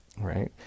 right